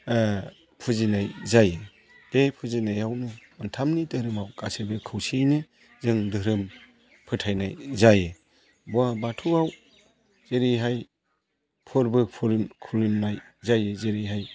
फुजिनाय जायो बे फुजिनायावनो मोनथामनि धोरोमाव गासैबो खौसेयैनो जों धोरोम फोथायनाय जायो बाथौआव जेरैहाय फोरबोफोर खुलुमनाय जायो जेरैहाय